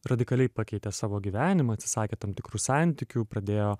radikaliai pakeitė savo gyvenimą atsisakė tam tikrų santykių pradėjo